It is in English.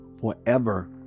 forever